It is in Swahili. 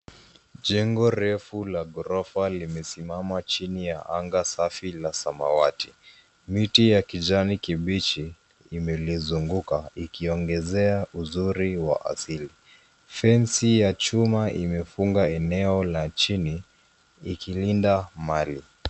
Jengo refu la ghorofa limesimama chini ya anga safi na samawati. Miti ya kijani kibichi imelizunguka ikiongezea uzuri wa asili. Fence ya chuma imefunga eneo la chini ikilinda mali.